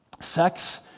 Sex